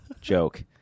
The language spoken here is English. joke